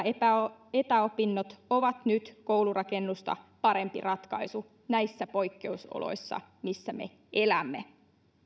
että etäopinnot kotona ovat nyt koulurakennusta parempi ratkaisu näissä poikkeusoloissa missä me elämme